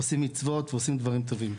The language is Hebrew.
עושים מצוות ועושים דברים טובים.